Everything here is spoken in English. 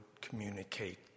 communicate